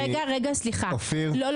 לא.